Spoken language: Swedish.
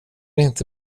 inte